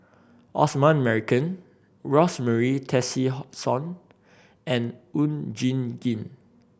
Osman Merican Rosemary Tessensohn and Oon Jin Gee